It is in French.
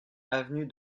avenue